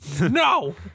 no